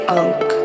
Oak